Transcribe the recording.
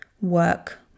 work